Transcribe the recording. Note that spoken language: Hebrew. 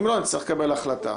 אם לא, נצטרך לקבל החלטה.